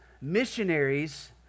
missionaries